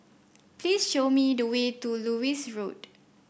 please show me the way to Lewis Road